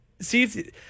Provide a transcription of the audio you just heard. see